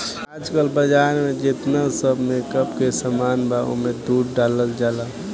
आजकल बाजार में जेतना सब मेकअप के सामान बा ओमे दूध डालल जाला